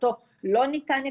בשעתו לא היה ניתן.